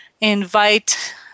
invite